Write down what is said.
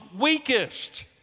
weakest